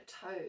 toes